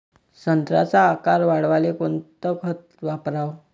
संत्र्याचा आकार वाढवाले कोणतं खत वापराव?